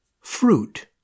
fruit